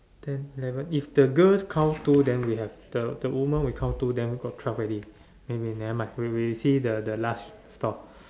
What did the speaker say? ten eleven if the girls count two then we have the the women will count two then we got twelve already maybe nevermind we we see the the large store